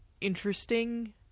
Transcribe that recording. interesting